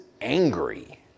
angry